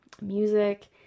music